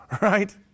right